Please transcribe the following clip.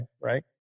Right